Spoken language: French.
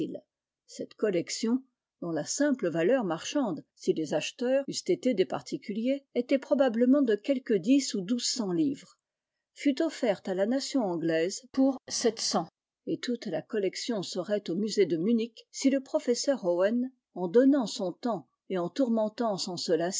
cette collection dont la simple valeur marchande si les acheteurs eussent été des particuliers était probablement de quelque dix ou douze cents livres fut offerte à la nation anglaise pour sept cents et toute la collection serait au musée de munich si le professeur owen en donnant son temps et en